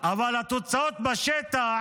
אבל התוצאות בשטח